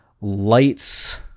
lights